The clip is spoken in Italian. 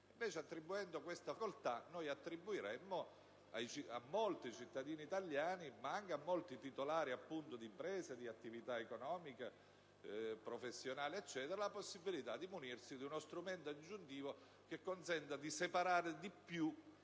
Invece, attribuendo questa facoltà, attribuiremmo a molti cittadini italiani - ma anche a molti titolari di imprese, di attività economiche e professionali - la possibilità di munirsi di uno strumento aggiuntivo che consentirebbe di separare di più